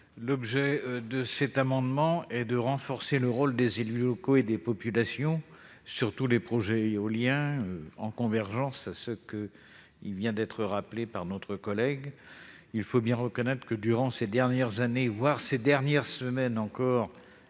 L'objet de cet amendement est de renforcer le rôle des élus locaux et des populations dans tous les projets éoliens, en convergence avec ce que vient de rappeler notre collègue Catherine Di Folco. Il faut bien reconnaître que, durant ces dernières années, voire ces dernières semaines encore,